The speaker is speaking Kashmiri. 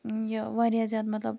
یہِ واریاہ زیادٕ مطلب